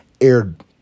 aired